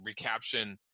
recaption